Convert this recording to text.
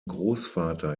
großvater